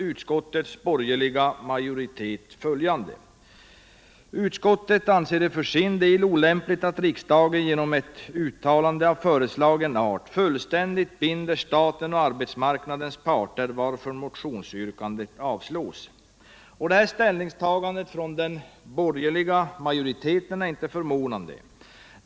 Utskottets borgerliga majoritet skriver följande: ”Utskottet anser det för sin del olämpligt att riksdagen genom ett uttalande av föreslagen art fullständigt binder staten och arbetsmarknadens parter, varför motionsyrkandet avstyrks.” Detta ställningstagande från den borgerliga majoriteten är inte förvånande.